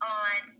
on